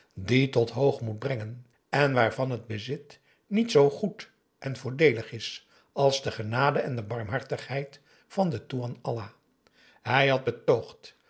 die tot hoogmoed brengen en waarvan het bezit niet zoo goed en voordeelig is als de genade en de barmhartigheid van toean allah hij had betoogd